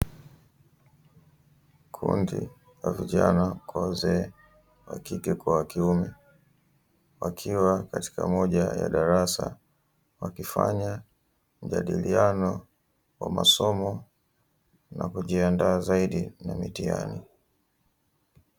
Kundi la vijana kwa wazee, wa kike kwa wa kiume, wakiwa katika moja ya darasa; wakifanya mjadiliano wa masomo na kujiandaa zaidi na mitihani.